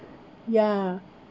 ya